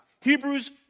Hebrews